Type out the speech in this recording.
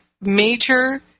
major